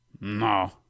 No